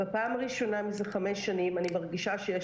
בפעם הראשונה מזה חמש שנים אני מרגישה שיש